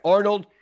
Arnold